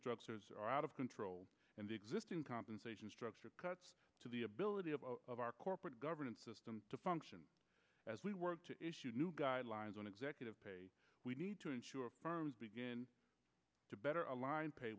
structures are out of control and the existing compensation structure cuts to the ability of our corporate governance system to function as we work to issued new guidelines on executive pay we need to ensure firms begin to better align pay